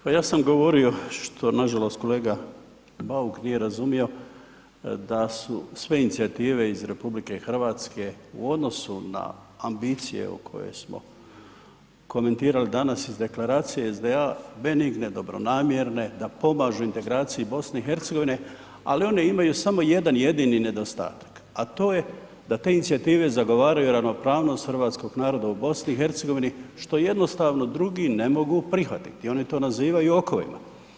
Pa ja sam govorio što nažalost kolega Bauk nije razumio da su sve inicijative iz RH u odnosu na ambicije koje smo komentirali danas iz deklaracije SDA benigne, dobronamjerne, da pomažu intergraciji BiH ali one imaju samo jedan jedini nedostatak sa to je da te inicijative zagovaraju ravnopravnost hrvatskog naroda u BiH što jednostavno drugi ne mogu prihvatiti, oni to nazivaju okovima.